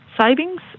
savings